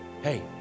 Hey